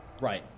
Right